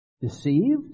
deceived